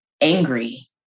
angry